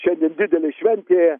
šiandien didelė šventė